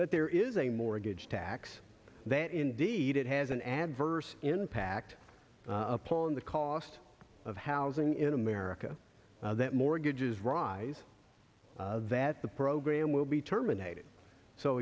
that there is a mortgage tax that indeed it has an adverse impact upon the cost of housing in america that mortgages rise that the program will be terminated so